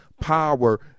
power